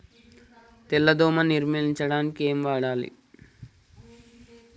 తెల్ల దోమ నిర్ములించడానికి ఏం వాడాలి?